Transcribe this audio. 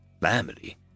Family